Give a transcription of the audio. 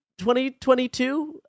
2022